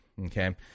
okay